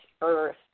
earth